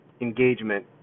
engagement